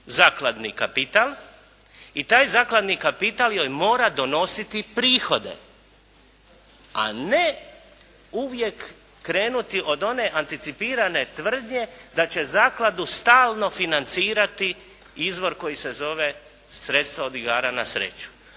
zakladni kapital i taj zakladni kapital joj mora donositi prihode, a ne uvijek krenuti od one anticipirane tvrdnje da će zakladu stalno financirati izvor koji se zove sredstva od igara na sreću.